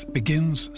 begins